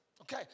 Okay